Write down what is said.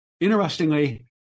Interestingly